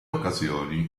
occasioni